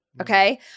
Okay